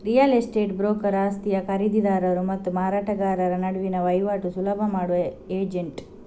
real estate broker ಆಸ್ತಿಯ ಖರೀದಿದಾರರು ಮತ್ತು ಮಾರಾಟಗಾರರ ನಡುವಿನ ವೈವಾಟು ಸುಲಭ ಮಾಡುವ ಏಜೆಂಟ್